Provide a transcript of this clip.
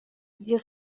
dit